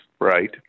right